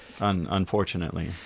Unfortunately